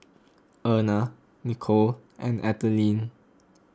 Erna Nicolle and Ethelene